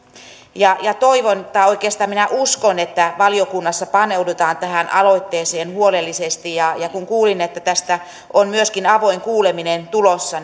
ja toivon tai oikeastaan minä uskon että valiokunnassa paneudutaan tähän aloitteeseen huolellisesti ja ja kun kuulin että tästä on myöskin avoin kuuleminen tulossa